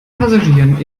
passagieren